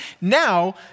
Now